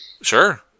Sure